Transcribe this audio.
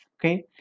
Okay